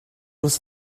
was